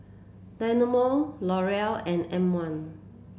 Dynamo L'Oreal and M one